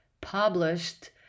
published